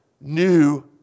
new